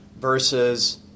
versus